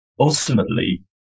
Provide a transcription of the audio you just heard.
Ultimately